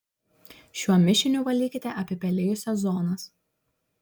šiuo mišiniu valykite apipelijusias zonas